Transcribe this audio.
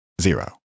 zero